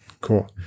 Cool